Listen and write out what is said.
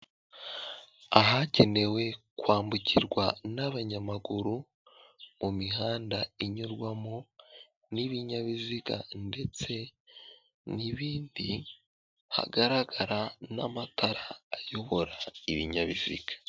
Ahakenewe kwambukirwa n'abanyamaguru mu mihanda inyurwamo n'ibinyabiziga ndetse n'ibindi, hagaragara n'amatara ayobora ibinyabiziga.